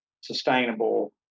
sustainable